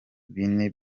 bine